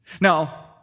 Now